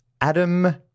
Adam